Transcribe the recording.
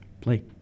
Play